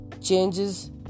changes